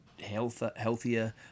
healthier